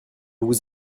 vous